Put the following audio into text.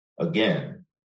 Again